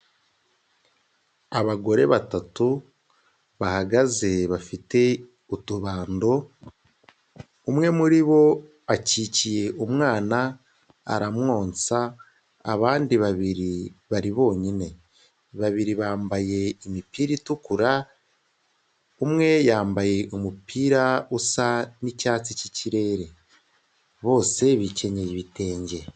Abagore batatu bahagaze bafite utubando, umwe muri bo akikiye umwana aramwonsa, abandi babiri bari bonyine, babiri bambaye imipira itukura, umwe yambaye umupira usa n'icyatsi cy'ikirere, bose bikenyeye ibitenge.